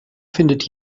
findet